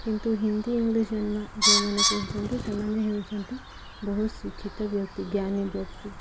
କିନ୍ତୁ ହିନ୍ଦୀ ଇଂଲିଶ ଯେଉଁମାନେ କହୁଛନ୍ତି ସେମାନେ ହେଉଛନ୍ତି ବହୁତ ଶିକ୍ଷିତ ବ୍ୟକ୍ତି ଜ୍ଞାନୀ ବ୍ୟକ୍ତି